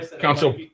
Council